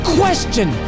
question